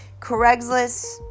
Craigslist